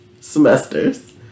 semesters